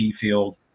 field